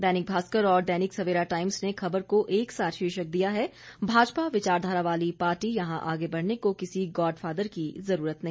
दैनिक भास्कर और दैनिक सवेरा टाइम्स ने खबर को एक सा शीर्षक दिया है भाजपा विचारधारा वाली पार्टी यहां आगे बढ़ने को किसी गॉड फादर की जरूरत नहीं